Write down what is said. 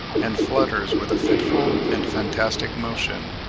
and flutters with a fitful and fantastic motion,